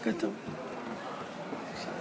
יש לו הזדמנות לענות בענייני משרדו.